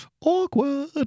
Awkward